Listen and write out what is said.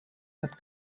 that